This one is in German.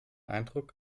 eindruck